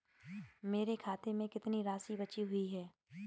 मेरे खाते में कितनी राशि बची हुई है?